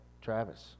Travis